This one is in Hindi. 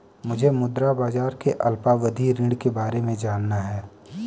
मुझे मुद्रा बाजार के अल्पावधि ऋण के बारे में जानना है